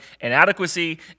inadequacy